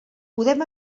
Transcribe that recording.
podem